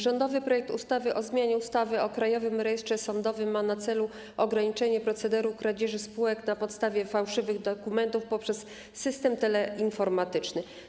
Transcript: Rządowy projekt ustawy o zmianie ustawy o Krajowym Rejestrze Sądowym ma na celu ograniczenie procederu kradzieży spółek na podstawie fałszywych dokumentów poprzez system teleinformatyczny.